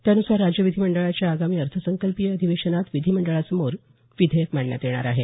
त्यानुसार राज्य विधिमंडळाच्या आगामी अर्थसंकल्पीय अधिवेशनात विधिमंडळासमोर विधेयक मांडण्यात येणार आहे